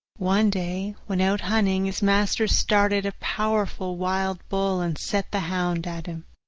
one day, when out hunting, his master started a powerful wild boar and set the hound at him.